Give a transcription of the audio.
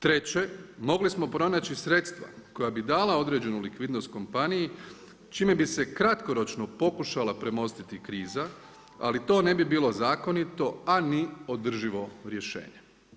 Treće, mogli smo pronaći sredstva koja bi dala određenu likvidnost kompaniji, čime bi se kratkoročno pokušala premostiti kriza, ali to ne bi bilo zakonito, a ni održivo rješenje.